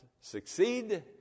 succeed